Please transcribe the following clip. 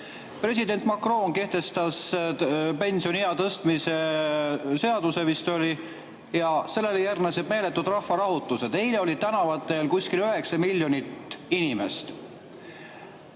President Macron kehtestas pensioniea tõstmise seaduse, vist oli nii, ja sellele järgnesid meeletud rahvarahutused. Eile oli seal tänavatel kuskil 9 miljonit inimest.